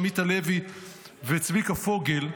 עמית הלוי וצביקה פוגל,